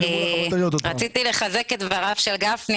רציתי לחזק את דבריו של גפני,